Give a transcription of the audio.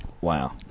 Wow